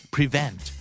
Prevent